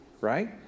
right